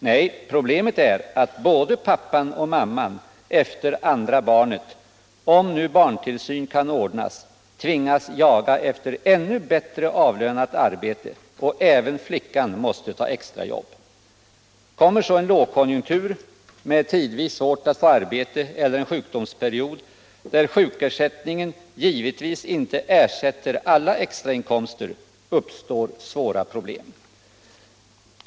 Nej, problemet är att både pappan och mamman efter andra barnet, om nu barntillsyn kan ordnas, tvingas jaga efter ännu bättre avlönat arbete, och även flickan måste ta extrajobb. Kommer så en lågkonjunktur, då det tidvis är svårt att få arbete, eller en sjukdomsperiod, då sjukersättningen givetvis inte ersätter alla extrainkomster, uppstår svåra problem.